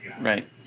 Right